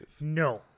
No